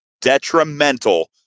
detrimental